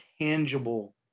tangible